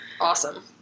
awesome